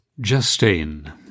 Justine